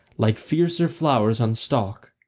like fiercer flowers on stalk,